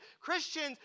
Christians